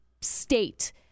state